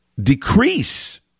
decrease